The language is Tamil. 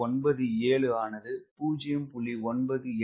97 ஆனது 0